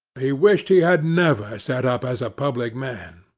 he wished he had never set up as a public man,